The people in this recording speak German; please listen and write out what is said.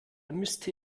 müsste